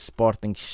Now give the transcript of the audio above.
Sporting